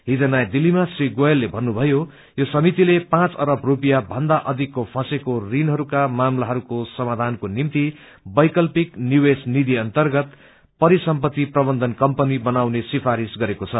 हिज नयाँ दिल्लीमा श्री गोयलले भन्नुभयो यो समितिले पाँच अरब स्पपाँ भन्दा अधिकको फंसेको ऋणहरूको मामलाहरूको समाधानको निभ्ति वैकरिपक निवेश निवि अन्तगत परिसम्पत्ति प्रबन्धन कम्पनी बनाउने स्तिरिश गरेको छ